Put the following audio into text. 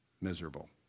miserable